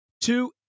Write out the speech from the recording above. two